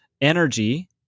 energy